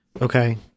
Okay